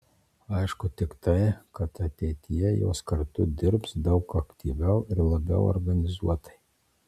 aišku tik tai kad ateityje jos kartu dirbs daug aktyviau ir labiau organizuotai